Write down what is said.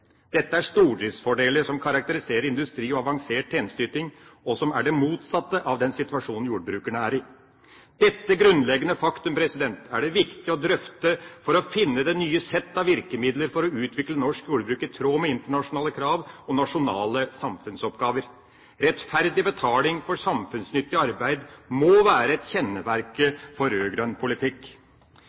Dette er stordriftsfordeler som karakteriserer industri og avansert tjenesteyting, og som er det motsatte av den situasjonen jordbrukerne er i. Dette grunnleggende faktum er det viktig å drøfte for å finne det nye sett av virkemidler for å utvikle norsk jordbruk i tråd med internasjonale krav og nasjonale samfunnsoppgaver. Rettferdig betaling for samfunnsnyttig arbeid må være et kjennemerke for rød-grønn politikk.